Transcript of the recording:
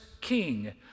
king